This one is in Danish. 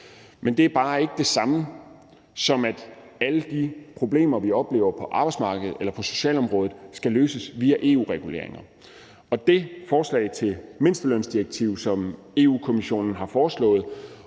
men det er bare ikke det samme, som at alle de problemer, vi oplever på arbejdsmarkedet eller på socialområdet, skal løses via EU-reguleringer. Det forslag til mindstelønsdirektiv, som Europa-Kommissionen har foreslået,